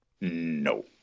No